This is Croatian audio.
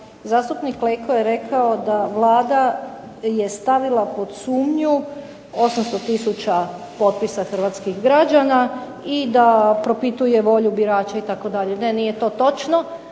zastupnik Leko je rekao da Vlada je stavila pod sumnju 800 tisuća potpisa hrvatskih građana i da propituje volju birača itd. Ne, nije to točno.